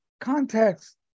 context